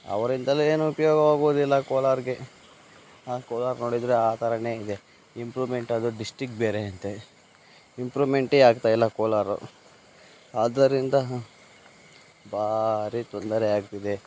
ಅವರಿಂದಲೂ ಏನೂ ಉಪಯೋಗವಾಗುವುದಿಲ್ಲ ಕೋಲಾರಿಗೆ ಆ ಕೋಲಾರ ನೋಡಿದರೆ ಆ ಥರಾನೇ ಇದೆ ಇಂಪ್ರೂಮೆಂಟ್ ಅದು ಡಿಸ್ಟ್ರಿಕ್ ಬೇರೆ ಅಂತೆ ಇಂಪ್ರೂಮೆಂಟೇ ಆಗ್ತಾ ಇಲ್ಲ ಕೋಲಾರ ಆದ್ದರಿಂದ ಭಾರಿ ತೊಂದರೆ ಆಗ್ತಿದೆ